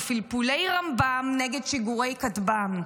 פלפולי רמב"ם נגד שיגורי כטב"ם.